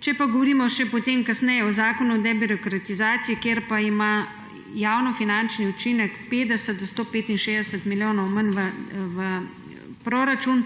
Če pa govorimo še potem kasneje o zakonu o debirokratizaciji, kjer je javnofinančni učinek od 50 do 165 milijonov manj v proračunu,